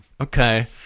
Okay